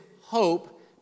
hope